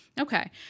Okay